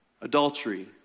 adultery